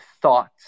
thought